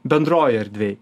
bendroj erdvėj